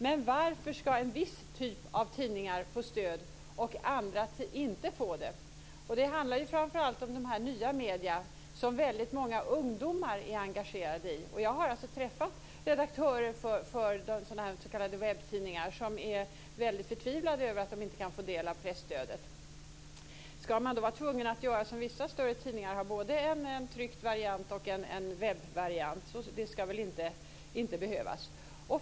Men varför ska en viss typ av tidningar få stöd och andra inte få det? Det handlar framför allt om de nya medierna, som väldigt många ungdomar är engagerade i. Jag har alltså träffat redaktörer för s.k. webbtidningar som är väldigt förtvivlade över att de inte kan få del av presstödet. Ska man då vara tvungen att göra som vissa större tidningar: ha både en tryckt variant och en webbvariant? Det ska väl inte behövas.